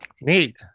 neat